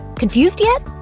confused yet?